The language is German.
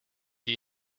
die